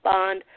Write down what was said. Bond